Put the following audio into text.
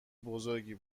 بزرگی